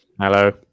hello